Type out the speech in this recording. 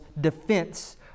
defense